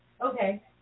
Okay